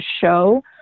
show